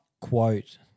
quote